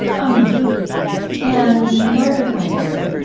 um and the larger point there,